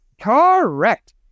Correct